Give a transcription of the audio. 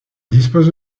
dispose